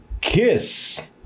Kiss